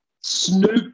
Snoop